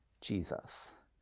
Jesus